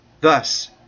Thus